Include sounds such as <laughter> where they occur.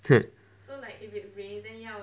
<laughs>